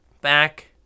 back